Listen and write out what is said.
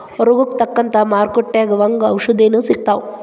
ರೋಗಕ್ಕ ತಕ್ಕಂಗ ಮಾರುಕಟ್ಟಿ ಒಂಗ ಔಷದೇನು ಸಿಗ್ತಾವ